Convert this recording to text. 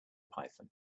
python